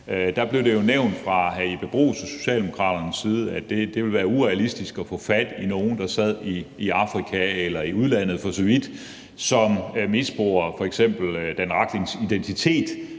Der blev det jo nævnt fra hr. Jeppe Bruus' og Socialdemokraternes side, at det ville være urealistisk at få fat i nogen, der sad i Afrika eller for så vidt i udlandet, som misbruger f.eks. Dan Rachlins identitet